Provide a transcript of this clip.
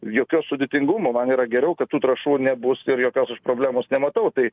jokio sudėtingumo man yra geriau kad tų trąšų nebus ir jokios aš problemos nematau tai